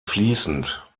fließend